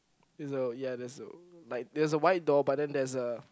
is a ya there's a like there's a white door but then there's a